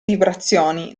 vibrazioni